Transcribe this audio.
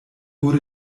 wurde